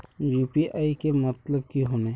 UPI के मतलब की होने?